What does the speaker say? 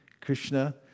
Krishna